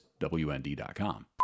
WND.com